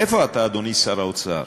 איפה אתה, אדוני שר האוצר?